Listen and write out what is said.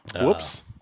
Whoops